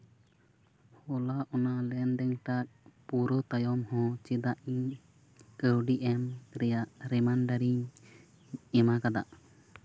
ᱦᱚᱞᱟ ᱚᱱᱟ ᱞᱮᱱᱫᱮᱱ ᱴᱟᱜ ᱯᱩᱨᱟᱹ ᱛᱟᱭᱱᱚᱢ ᱦᱚᱸ ᱪᱮᱫᱟᱜ ᱤᱧ ᱠᱟᱹᱣᱰᱤ ᱮᱢ ᱨᱮᱭᱟᱜᱽ ᱨᱤᱢᱟᱭᱤᱱᱰᱟᱨᱤᱧ ᱮᱢ ᱟᱠᱟᱫᱟ